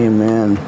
Amen